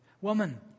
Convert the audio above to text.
Woman